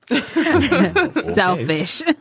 selfish